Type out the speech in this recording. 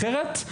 אחרת,